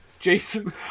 Jason